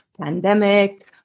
pandemic